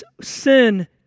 sin